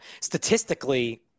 statistically